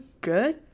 good